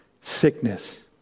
sickness